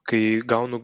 kai gaunu